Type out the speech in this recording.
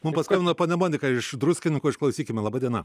mum paskambino ponia monika iš druskininkų išklausykime laba diena